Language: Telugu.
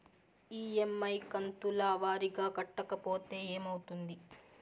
ఇ.ఎమ్.ఐ కంతుల వారీగా కట్టకపోతే ఏమవుతుంది?